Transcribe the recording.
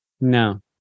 No